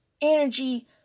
energy